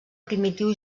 primitiu